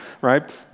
right